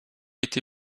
été